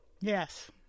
Yes